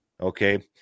Okay